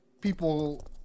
people